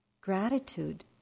gratitude